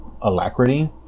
alacrity